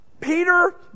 Peter